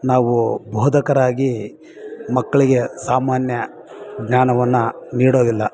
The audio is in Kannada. ನಾವೂ ಬೋಧಕರಾಗಿ ಮಕ್ಕಳಿಗೆ ಸಾಮಾನ್ಯ ಜ್ಞಾನವನ್ನು ನೀಡೋದಿಲ್ಲ